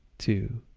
two,